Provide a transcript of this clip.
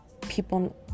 people